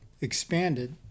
expanded